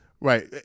Right